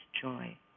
joy